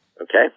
Okay